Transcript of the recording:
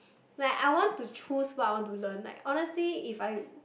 like I want to choose what I want to learn like honestly if I